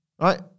right